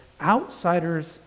outsiders